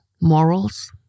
morals